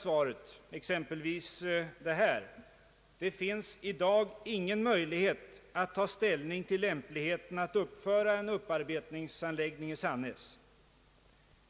Det antyder även exempelvis följande citat: »Det finns i dag ingen möjlighet att ta ställning till lämpligheten att uppföra en upparbetningsanläggning i Sannäs.